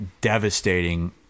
devastating